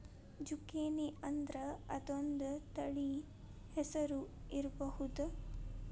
ಜುಕೇನಿಅಂದ್ರ ಅದೊಂದ ತಳಿ ಹೆಸರು ಇರ್ಬಹುದ